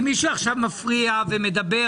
אם מישהו עכשיו מפריע ומדבר,